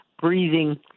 breathing